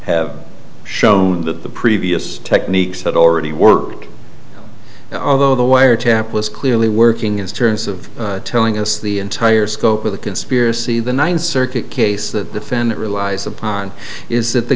have shown that the previous techniques had already worked although the wiretap was clearly working as terms of telling us the entire scope of the conspiracy the ninth circuit case that the fan relies upon is that the